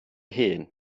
hun